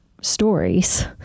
stories